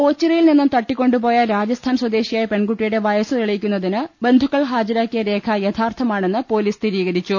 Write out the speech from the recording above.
ഓച്ചിറയിൽ നിന്നും തട്ടിക്കൊണ്ടുപോയ രാജസ്ഥാൻ സ്വദേശിയായ പെൺകുട്ടിയുടെ വയസ്സ് തെളിയിക്കുന്നതിന് ബന്ധുക്കൾ ഹാജരാക്കിയ രേഖ യഥാർത്ഥമാണെന്ന് പോലീസ് സ്ഥിരീകരിച്ചു